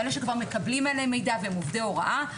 אלה שכבר מקבלים עליהם מידע והם עובדי הוראה,